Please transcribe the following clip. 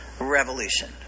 revolution